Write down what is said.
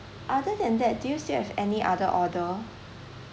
other than that do you still have any other order